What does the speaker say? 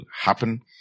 happen